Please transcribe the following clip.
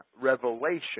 revelation